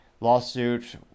lawsuit